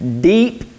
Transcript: deep